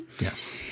Yes